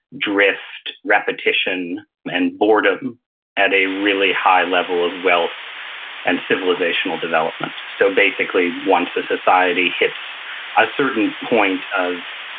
drift, repetition and boredom at a really high level of wealth and civilizational development. so basically once a society hits a certain point of,